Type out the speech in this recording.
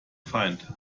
feind